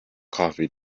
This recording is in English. coffee